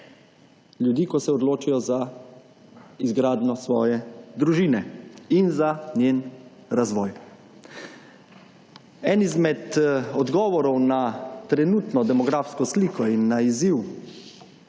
ljudi, ko se odločijo za izgradnjo svoje družine in za njen razvoj. En izmed odgovorov na trenutno demografsko sliko in na izziv